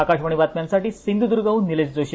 आकाशवाणी बातम्यांसाठी सिंधुदर्ग वरून निलेश जोशी